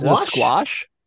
squash